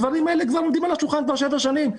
הדברים האלה כבר עומדים על השולחן שבע שנים.